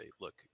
look